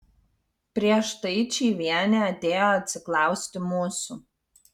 prieš tai čyvienė atėjo atsiklausti mūsų